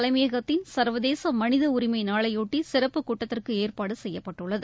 தலைமையகத்தின் சர்வதேச மனித உரிமை நாளையொட்டி சிறப்புக் கூட்டத்திற்கு ஏற்பாடு செய்யப்பட்டுள்ளது